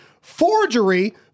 forgery